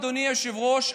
אדוני היושב-ראש,